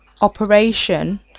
operation